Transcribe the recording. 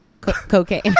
cocaine